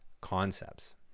concepts